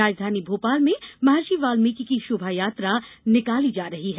राजधानी भोपाल में महर्षि वाल्मीकि की शोभायात्रा निकाली जा रही है